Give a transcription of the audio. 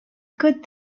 good